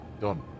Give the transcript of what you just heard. Done